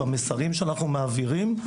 במסרים שאנחנו מעבירים.